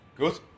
Good